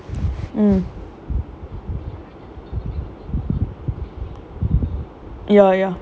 um eh what the TikTok right tell me more mmhmm